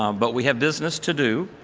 um but we have business to do.